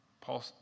Paul